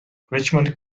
richmond